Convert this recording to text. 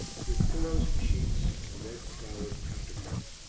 with pillows and sheets and a red flowered counterpane.